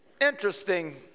interesting